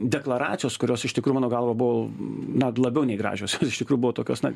deklaracijos kurios iš tikrųjų mano galva buvo na labiau nei gražios jos iš tikrų buvo tokios na